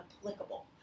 applicable